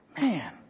man